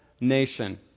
nation